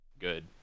good